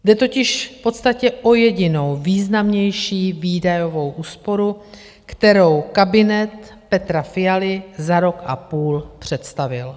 Jde totiž v podstatě o jedinou významnější výdajovou úsporu, kterou kabinet Petra Fialy za rok a půl představil.